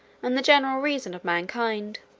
and the general reason of mankind.